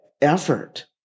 effort